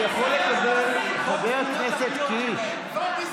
לא תסתמו לנו את הפה, לא יעזור לכם.